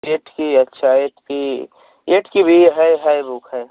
eighth की अच्छा eighth की एट्थ की भी है है बुक है